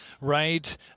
right